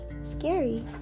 scary